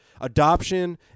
adoption